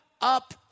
up